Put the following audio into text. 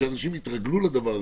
כשאנשים יתרגלו לדבר הזה,